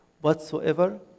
whatsoever